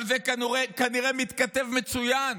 אבל זה כנראה מתכתב מצוין